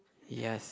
yes